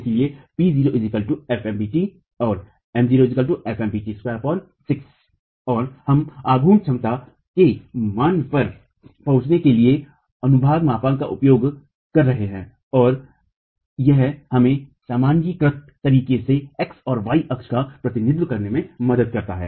इसलिए तो हम आघूर्ण क्षमता के मूल्य पर पहुंचने के लिए अनुभाग मापांक का उपयोग कर रहे हैं और यह हमें सामान्यीकृत तरीके से x और y अक्ष का प्रतिनिधित्व करने में मदद करता है